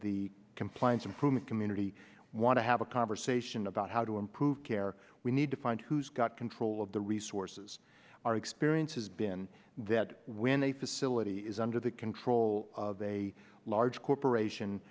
the compliance improvement community want to have a conversation about how to improve care we need to find who's got control of the resources our experience has been that when a facility is under the control of a large corporation